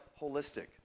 holistic